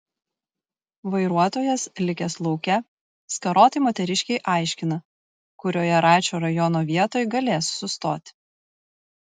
vairuotojas likęs lauke skarotai moteriškei aiškina kurioje račio rajono vietoj galės sustoti